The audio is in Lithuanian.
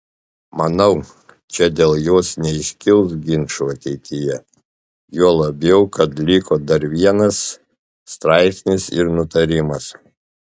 manau čia dėl jos neiškils ginčų ateityje juo labiau kad liko dar vienas straipsnis ir nutarimas